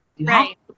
Right